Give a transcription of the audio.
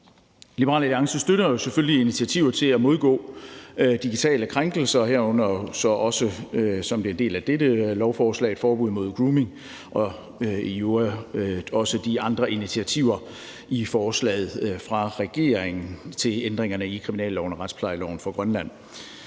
Liberal Alliance støtter selvfølgelig initiativer til at modgå digitale krænkelser, herunder også, som det er en del af dette lovforslag, et forbud mod grooming og i øvrigt også de andre initiativer i forslaget fra regeringen til ændringerne i kriminalloven og retsplejeloven for Grønland.